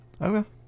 Okay